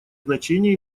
значение